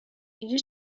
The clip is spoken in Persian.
اینجا